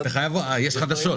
אה, יש חדשות?